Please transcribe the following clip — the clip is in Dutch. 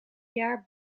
jaar